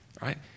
right